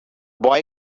boy